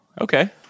Okay